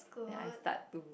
then I start to